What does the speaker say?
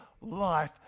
life